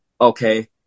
okay